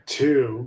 two